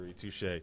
touche